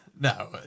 No